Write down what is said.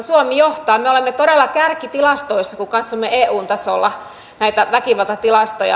suomi johtaa me olemme todella kärkitilastoissa kun katsomme eun tasolla näitä väkivaltatilastoja